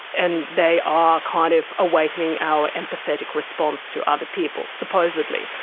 and they are kind of awakening our empathetic response to other people, supposedly.